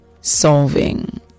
solving